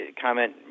comment